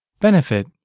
Benefit